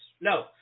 No